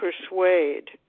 persuade